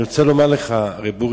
אני רוצה להגיד לך שהאמא,